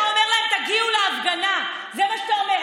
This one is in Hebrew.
אתה אומר להם: תגיעו להפגנה, זה מה שאתה אומר.